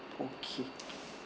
okay